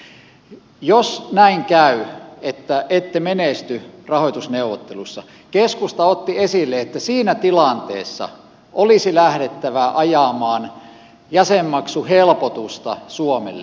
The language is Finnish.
keskusta otti esille että jos niin käy että ette menesty rahoitusneuvotteluissa siinä tilanteessa olisi lähdettävä ajamaan jäsenmaksuhelpotusta suomelle